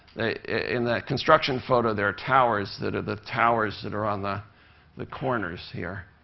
in that construction photo, there are towers that are the towers that are on the the corners here.